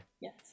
Yes